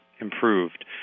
improved